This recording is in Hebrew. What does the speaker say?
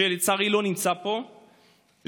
שלצערי לא נמצא פה,